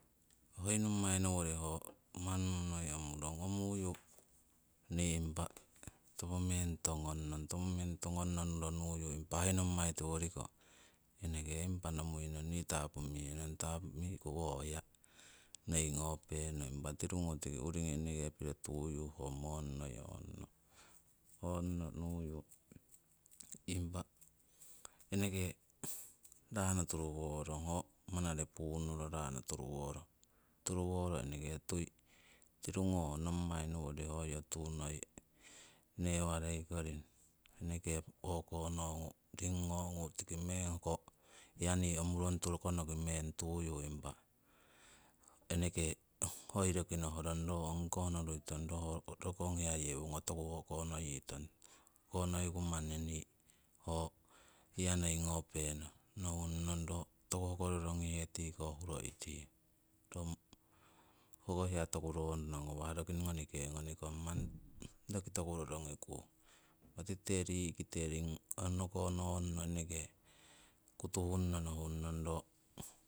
Hoi nommai nowori ho manunu noi omurong, omuyu nii impa topo meng tongon nong, topo meng tongonno nuronuyu impa hoi nommai tiworiko eneke impa nomui nong ni tapumihe nong, tapumiku ho hewa noi ngopenong. Impa tirungo eneke tiki urini piro tuyu ho moni noi ong nong, ongno nuyu, impa eneke rano turuworong, ho manare puunnuro rano turuworong. Turuworo eneke tui, tirungo ho nommai nowori hoyo tuu noi newareikoring eneke o'konongu ring ngoku tiki meng hoko hiya nii omurong tukonoki meng tuyu impa, eneke hoi roki nohrong ro ongikoh noruitong roho rokong hiya yewongo toku o'konoyitong, o'konoiku manni ho hiya noi ngopenong. Nohung nong ro toku hoko rorongihe tiko huro iting, ro hoko hiya toku ronno ngawah, roki nonike nonikong, roki toku rorongikung. Impa tikite ri'kite ring o'konongno eneke kutuhunno nohung nong ro